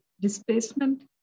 displacement